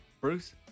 Bruce